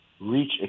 reach